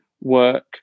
work